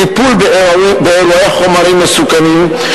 טיפול באירועי חומרים מסוכנים,